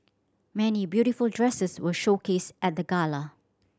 many beautiful dresses were showcased at the gala